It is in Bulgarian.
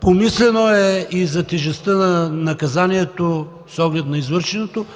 помислено е и за тежестта на наказанието с оглед на извършеното.